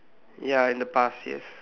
ya in the past yes